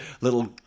little